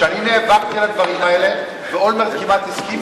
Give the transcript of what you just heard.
כשאני נאבקתי על הדברים האלה ואולמרט כמעט הסכים,